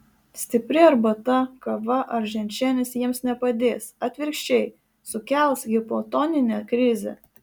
stipri arbata kava ar ženšenis jiems nepadės atvirkščiai sukels hipotoninę krizę